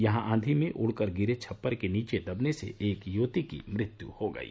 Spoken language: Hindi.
यहां आंधी में उड़कर गिरे छप्पर के नीचे दबने से एक युवती की मृत्यु हो गयी